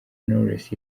knowless